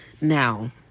Now